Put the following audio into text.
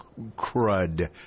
crud